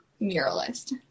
muralist